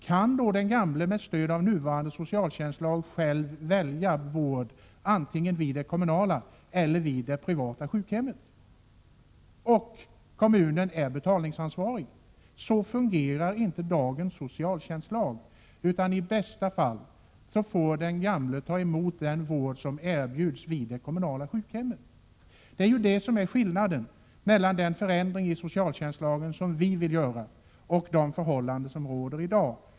Kan den gamle, med stöd av nuvarande socialtjänstlag, själv välja vård antingen vid det kommunala eller vid det privata sjukhemmet medan kommunen är betalningsansvarig? Så fungerar inte dagens socialtjänstlag, utan i bästa fall får den gamle ta emot den vård som erbjuds vid det kommunala sjukhemmet. Det är det som är skillnaden mellan den förändring i socialtjänstlagen som vi vill göra och de förhållanden som råder i dag.